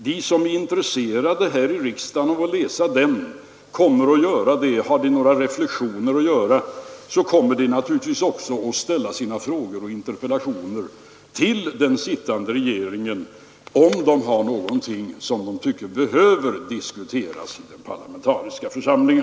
De som är intresserade här i riksdagen kommer att läsa den och göra sina reflexioner, och de kommer naturligtvis att ställa frågor till den sittande regeringen och väcka interpellationer om de tycker att någonting behöver diskuteras i den parlamentariska församlingen.